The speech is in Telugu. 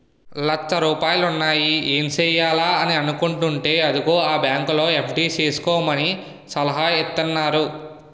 లచ్చ రూపాయలున్నాయి ఏం సెయ్యాలా అని అనుకుంటేంటే అదిగో ఆ బాంకులో ఎఫ్.డి సేసుకోమని సలహా ఇత్తన్నారు